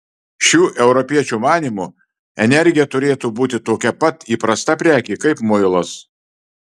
šių europiečių manymu energija turėtų būti tokia pat įprasta prekė kaip muilas